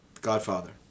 Godfather